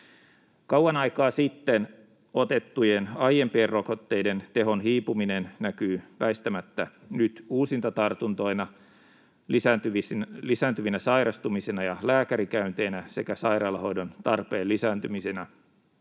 Kauan aikaa sitten otettujen aiempien rokotteiden tehon hiipuminen näkyy väistämättä nyt uusintatartuntoina, lisääntyvinä sairastumisina ja lääkärikäynteinä sekä sairaalahoidon tarpeen lisääntymisenä